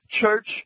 church